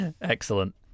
Excellent